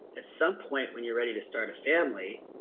at some point when you're ready to start a family,